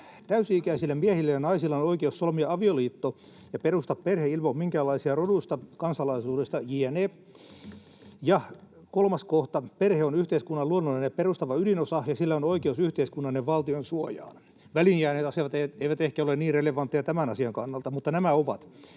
”Täysi-ikäisillä miehillä ja naisilla on oikeus solmia avioliitto ja perustaa perhe ilman minkäänlaisia rodusta, kansalaisuudesta...” jne. Ja kolmas kohta: ”Perhe on yhteiskunnan luonnollinen ja perustava ydinosa, ja sillä on oikeus yhteiskunnan ja valtion suojaan.” Väliin jääneet asiat eivät ehkä ole niin relevantteja tämän asian kannalta, mutta nämä ovat.